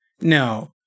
no